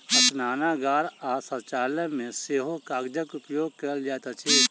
स्नानागार आ शौचालय मे सेहो कागजक उपयोग कयल जाइत अछि